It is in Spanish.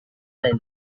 del